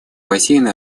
бассейна